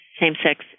same-sex